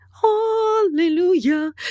hallelujah